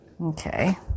Okay